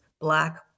black